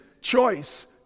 choice